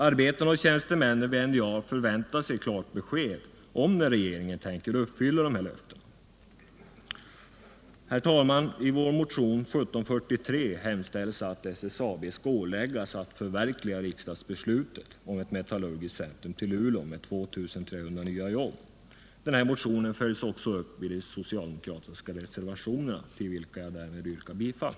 Arbetarna och tjänstemännen vid NJA förväntar sig klart besked om när regeringen tänker uppfylla de här löftena. Herr talman! I vår motion 1743 hemställs att SSAB skall åläggas att förverkliga riksdagsbeslutet om ett metallurgiskt centrum i Luleå med 2 300 nya jobb. Motionen följs upp i de socialdemokratiska reservationerna till vilka jag härmed yrkar bifall.